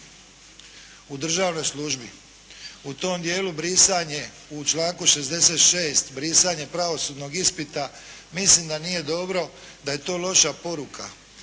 u državnoj službi. U tom dijelu brisanje u članku 66. brisanje pravosudnog ispita mislim da nije dobro, da je to loša poruka,